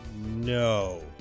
no